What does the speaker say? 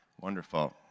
Wonderful